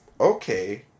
okay